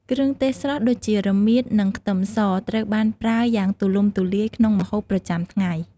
គ្រឿងទេសស្រស់ដូចរមៀត និងខ្ទឹមសត្រូវបានប្រើយ៉ាងទូលំទូលាយក្នុងម្ហូបប្រចាំថ្ងៃ។